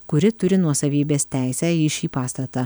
kuri turi nuosavybės teisę į šį pastatą